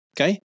Okay